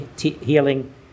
healing